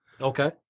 Okay